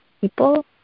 people